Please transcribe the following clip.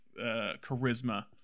charisma